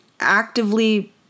Actively